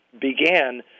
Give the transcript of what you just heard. began